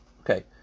Okay